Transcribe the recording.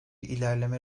ilerleme